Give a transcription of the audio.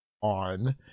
on